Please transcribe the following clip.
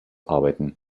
arbeiten